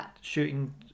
shooting